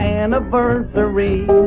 anniversary